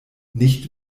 nicht